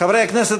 חברי הכנסת,